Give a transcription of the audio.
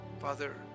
Father